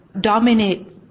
dominate